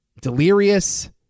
Delirious